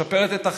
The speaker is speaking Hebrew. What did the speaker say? משפרת את החינוך,